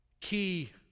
key